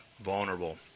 vulnerable